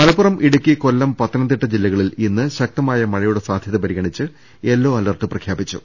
മലപ്പുറം ഇടുക്കി കൊല്ലം പത്തനംതിട്ട ജില്ലകളിൽ ഇന്ന് ശക്തമായ മഴയുടെ സാധ്യത പുരിഗണിച്ച് യെല്ലോ അലർട്ട് പ്രഖ്യാപിച്ചു